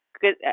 good